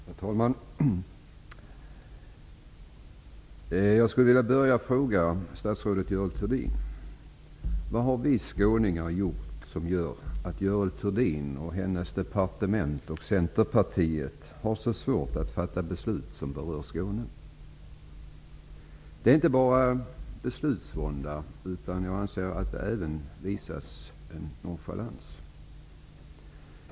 Herr talman! Jag skulle först vilja fråga statsrådet Görel Thurdin: Vad har vi skåningar gjort som leder till att Görel Thurdin, hennes departement och Centerpartiet har så svårt att fatta beslut som berör Skåne? Det är inte bara fråga om beslutsvånda, utan jag anser att det även visas en nonchalans.